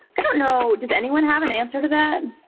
i don't know. does anyone have an answer to that?